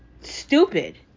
stupid